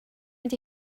mynd